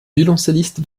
violoncelliste